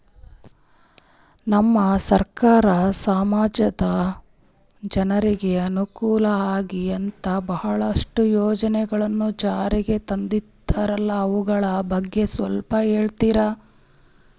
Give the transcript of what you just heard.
ನಮ್ಮ ಸರ್ಕಾರ ಸಮಾಜದ ಜನರಿಗೆ ಅನುಕೂಲ ಆಗ್ಲಿ ಅಂತ ಬಹಳಷ್ಟು ಯೋಜನೆಗಳನ್ನು ಜಾರಿಗೆ ತಂದರಂತಲ್ಲ ಅವುಗಳ ಬಗ್ಗೆ ಸ್ವಲ್ಪ ಹೇಳಿತೀರಾ?